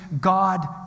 God